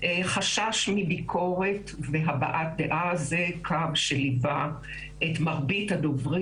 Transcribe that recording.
חשש מביקורת והבעת דעה - זה קו שליווה את מרבית הדוברים.